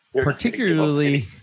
particularly